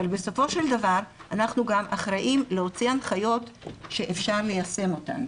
אבל בסופו של דבר אנחנו גם אחראים להוציא הנחיות שאפשר ליישם אותן.